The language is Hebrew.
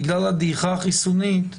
בגלל הדעיכה החיסונית,